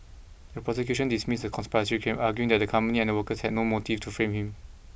the prosecution dismissed the conspiracy claim arguing that the company and the workers had no motive to frame him